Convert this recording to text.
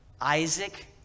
Isaac